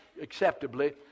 acceptably